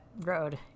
road